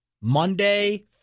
Monday